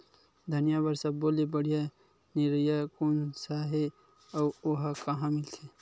धनिया बर सब्बो ले बढ़िया निरैया कोन सा हे आऊ ओहा कहां मिलथे?